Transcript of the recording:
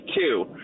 two